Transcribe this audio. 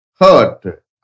hurt